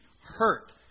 Hurt